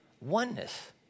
oneness